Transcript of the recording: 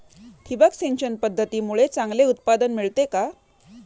ठिबक सिंचन पद्धतीमुळे चांगले उत्पादन मिळते का?